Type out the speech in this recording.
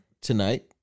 tonight